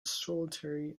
solitary